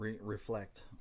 reflect